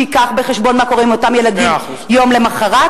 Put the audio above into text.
שיביא בחשבון מה קורה עם אותם ילדים יום למחרת,